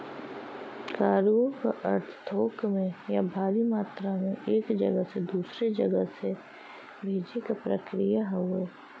cargo क अर्थ थोक में या भारी मात्रा में एक जगह से दूसरे जगह से भेजे क प्रक्रिया हउवे